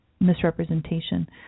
misrepresentation